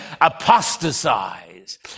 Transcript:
apostatize